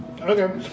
Okay